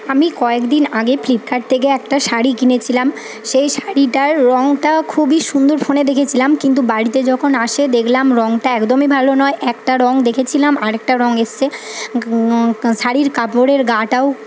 আমি কয়েকদিন আগে ফ্লিপকার্ট থেকে একটা শাড়ি কিনেছিলাম সেই শাড়িটার রঙটা খুবই সুন্দর ফোনে দেখেছিলাম কিন্তু বাড়িতে যখন আসে দেখলাম রঙটা একদমই ভালো নয় একটা রঙ দেখেছিলাম আর একটা রঙ এসছে শাড়ির কাপড়ের গাটাও